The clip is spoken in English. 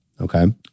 okay